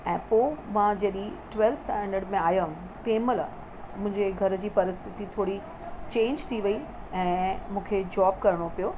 ऐं पोइ मां जॾहिं ट्वेल स्टेंडर्ड में आयमि तंहिं महिल मुंहिंजे घर जी परिस्थिती थोरी चेन्ज थी वेई ऐं मूंखे जॉब करणो पियो